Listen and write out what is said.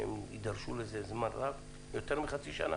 שהן יידרשו לזה זמן רב יותר מחצי שנה?